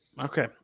Okay